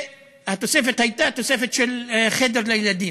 והתוספת הייתה תוספת של חדר לילדים.